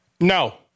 No